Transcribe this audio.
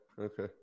Okay